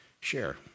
share